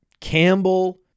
Campbell